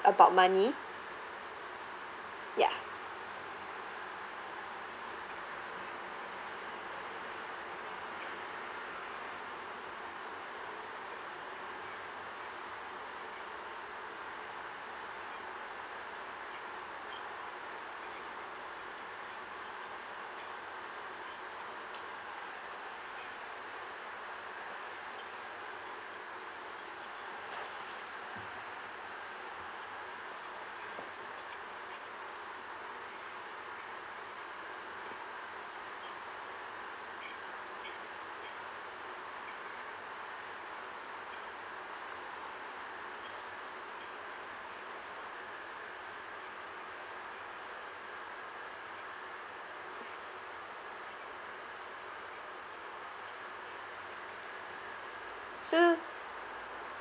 about money ya so